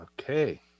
okay